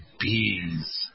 bees